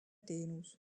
teenus